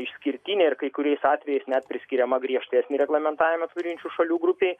išskirtinė ir kai kuriais atvejais net priskiriama griežtesnį reglamentavimą turinčių šalių grupei